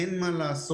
אין מה לעשות,